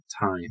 time